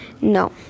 No